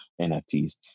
NFTs